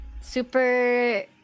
super